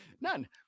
None